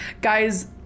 guys